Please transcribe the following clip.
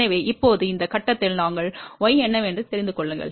எனவே இப்போது இந்த கட்டத்தில் நாங்கள் y என்னவென்று தெரிந்து கொள்ளுங்கள்